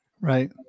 Right